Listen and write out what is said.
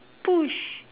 push